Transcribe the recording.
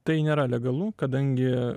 tai nėra legalu kadangi